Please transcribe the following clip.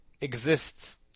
exists